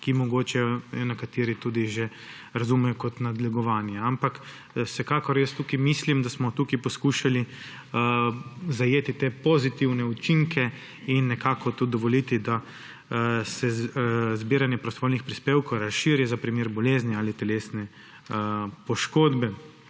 jo mogoče nekateri tudi že razumejo kot nadlegovanje. Ampak vsekakor mislim, da smo tukaj poskušali zajeti te pozitivne učinke in nekako dovoliti, da se zbiranje prostovoljnih prispevkov razširi za primer bolezni ali telesne poškodbe.